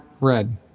red